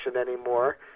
anymore